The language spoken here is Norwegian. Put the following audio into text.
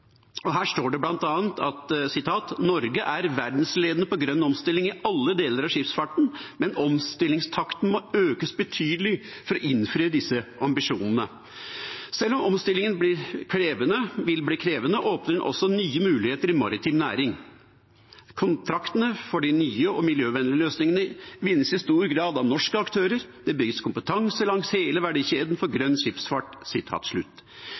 står det bl.a.: «Norge er verdensledende på grønn omstilling i alle deler av skipsfarten, men omstillingstakten må økes betydelig for å innfri disse ambisjonene. Selv om omstillingen vil bli krevende, åpner den også nye muligheter i maritim næring. Kontraktene for de nye og miljøvennlige løsningene vinnes i stor grad av norske aktører. Det bygges kompetanse langs hele verdikjeden for